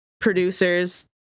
producers